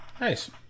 nice